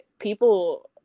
people